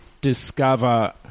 discover